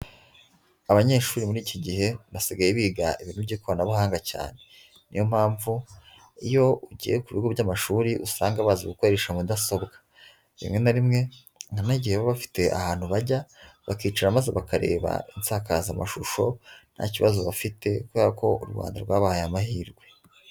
Abanyeshuri muri iki gihe basigaye biga ibintu by'ikoranabuhanga cyane, ni yo mpamvu iyo ugiye ku bigo by'amashuri usanga bazi gukoresha mudasobwa. Rimwe na rimwe nanagiyeyo baba bafite ahantu bajya bakicara maze bakareba insakazamashusho nta kibazo bafite kubera ko u Rwanda rwabahaye amahirwe.